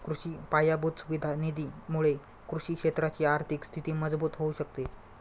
कृषि पायाभूत सुविधा निधी मुळे कृषि क्षेत्राची आर्थिक स्थिती मजबूत होऊ शकते